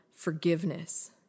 forgiveness